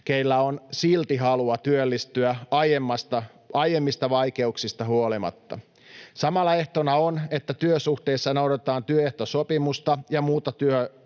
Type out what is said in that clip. keillä on silti halua työllistyä aiemmista vaikeuksista huolimatta. Samalla ehtona on, että työsuhteessa noudatetaan työehtosopimusta ja muuta työlainsäädäntöä.